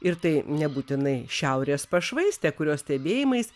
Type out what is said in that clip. ir tai nebūtinai šiaurės pašvaistė kurios stebėjimais